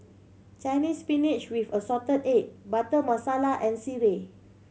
Chinese Spinach with assorted egg Butter Masala and sireh